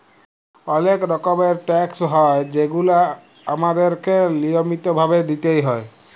অলেক রকমের ট্যাকস হ্যয় যেগুলা আমাদেরকে লিয়মিত ভাবে দিতেই হ্যয়